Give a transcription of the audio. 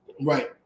Right